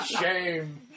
Shame